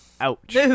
Ouch